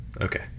Okay